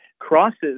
crosses